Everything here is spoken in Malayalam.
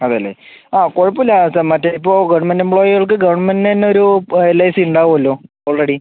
അതെ അല്ലേ ആ കുഴപ്പമില്ല മറ്റേ ഇപ്പോൾ ഗവൺമെന്റ് എംപ്ലോയികൾക്ക് ഗവൺമെന്റിന്റെ തന്നെ ഒരു ഐ സി ഉണ്ടാവുമല്ലോ ഓൾറെഡി